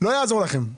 לא יעזור לכם.